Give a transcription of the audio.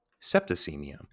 septicemia